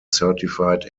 certified